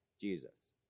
Jesus